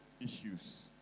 issues